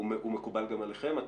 הוא מקובל גם עליכם?